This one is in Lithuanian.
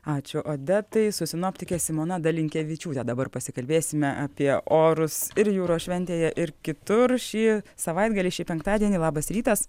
ačiū odetai su sinoptike simona dalinkevičiūte dabar pasikalbėsime apie orus ir jūros šventėje ir kitur šį savaitgalį šį penktadienį labas rytas